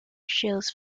shields